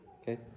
okay